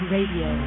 Radio